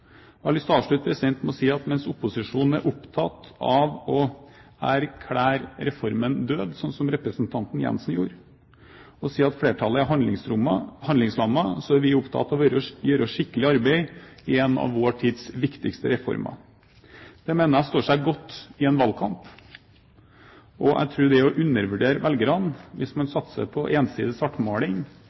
Jeg har lyst til å avslutte med å si at mens opposisjonen er opptatt av å erklære reformen død, som representanten Jensen gjorde, og sier at flertallet er handlingslammet, er vi opptatt av å gjøre skikkelig arbeid med en av vår tids viktigste reformer. Det mener jeg står seg godt i en valgkamp, og jeg tror det er å undervurdere velgerne hvis man satser på ensidig svartmaling,